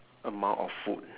amount of food